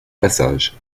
passage